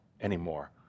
anymore